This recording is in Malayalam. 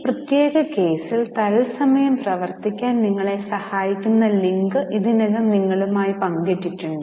ഈ പ്രത്യേക കേസിൽ തത്സമയം പ്രവർത്തിക്കാൻ നിങ്ങളെ സഹായിക്കുന്ന ലിങ്ക് ഇതിനകം നിങ്ങളുമായി പങ്കിട്ടിട്ടുണ്ട്